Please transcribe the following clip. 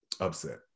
upset